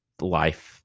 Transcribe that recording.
life